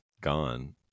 gone